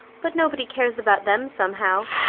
but nobody cares about them somehow.